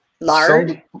Lard